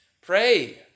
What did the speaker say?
pray